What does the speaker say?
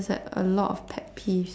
there's like a lot of pet peeves